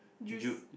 Jews